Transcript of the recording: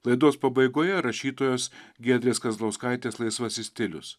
laidos pabaigoje rašytojos giedrės kazlauskaitės laisvasis stilius